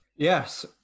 Yes